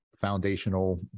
foundational